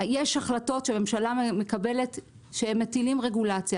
יש החלטות שממשלה מקבלת ושהן מטילות רגולציה.